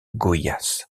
goiás